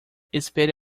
espere